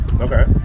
Okay